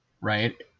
right